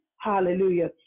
hallelujah